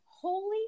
holy